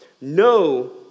No